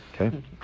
Okay